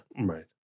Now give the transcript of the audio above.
Right